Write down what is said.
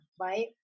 right